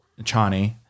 Chani